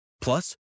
Plus